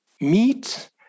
meet